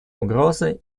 угрозы